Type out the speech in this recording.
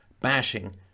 bashing